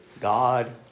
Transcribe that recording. God